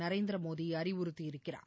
Narendra Modi அறிவுறுத்தியிருக்கிறார்